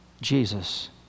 Jesus